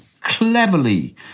cleverly